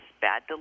bad